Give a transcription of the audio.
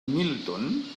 milton